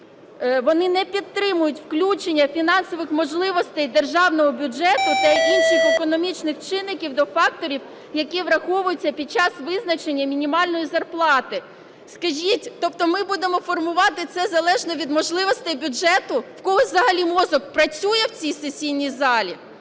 Вони не підтримують включення фінансових можливостей державного бюджету та інших економічних чинників до факторів, які враховуються під час визначення мінімальної зарплати. Скажіть, тобто ми будемо формувати це залежно від можливостей бюджету? В когось взагалі мозок працює в цій сесійній залі?